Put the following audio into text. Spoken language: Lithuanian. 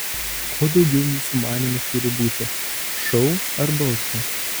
ko daugiau jūsų manymu turi būti šou ar balso